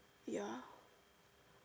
ya